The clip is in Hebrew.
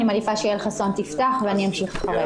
אני מעדיפה שיעל חסון תפתח ואני אמשיך אחריה.